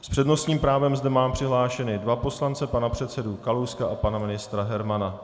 S přednostním právem zde mám přihlášené dva poslance, pana předsedu Kalouska a pana ministra Hermana.